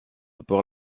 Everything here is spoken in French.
pour